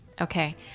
Okay